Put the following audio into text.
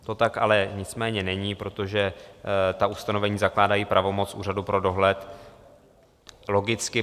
To tak ale nicméně není, protože ta ustanovení zakládají pravomoc úřadu pro dohled, logicky.